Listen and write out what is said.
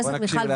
אוקיי, צפי פישל?